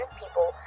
people